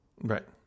Right